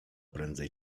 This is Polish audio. prędzej